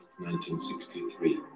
1963